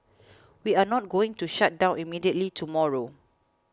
we are not going to shut down immediately tomorrow